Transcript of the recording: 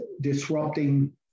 disrupting